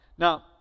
Now